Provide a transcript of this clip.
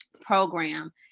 program